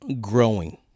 growing